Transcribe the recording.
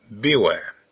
Beware